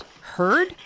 Heard